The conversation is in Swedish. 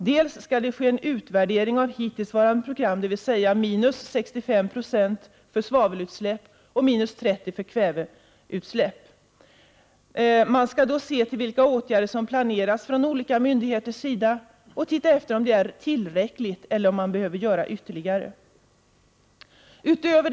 Det skall också ske en utvärdering av hittillsvarande program, dvs. en minskning med 65 96 av svavelutsläppen och med 30 96 av kväveutsläppen. Man skall då se till vilka åtgärder som planeras från olika myndigheters sida och se efter om det är tillräckligt eller om det behövs ytterligare åtgärder.